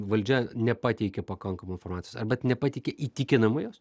valdžia nepateikė pakankamai informacijos ar bat nepateikė įtikinamai jos